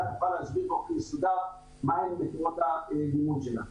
תוכל להסביר באופן מסודר מה הם גבולות המימון שלה.